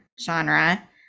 genre